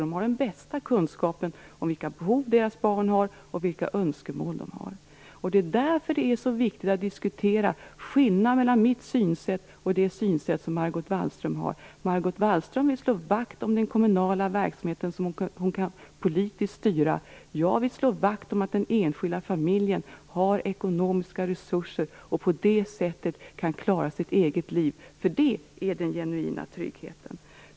De har den bästa kunskapen om vilka behov deras barn har och vilka önskemål de har. Det är därför som det är så viktigt att diskutera skillnaderna mellan mitt synsätt och det synsätt som Margot Wallström har. Margot Wallström vill slå vakt om den kommunala verksamheten som hon kan styra politiskt. Jag vill slå vakt om att den enskilda familjen har ekonomiska resurser och på det viset kan klara sitt eget liv. Det är den genuina tryggheten.